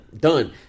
done